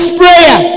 prayer